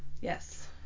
Yes